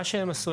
מה שהם עשו,